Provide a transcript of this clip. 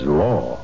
law